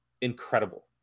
incredible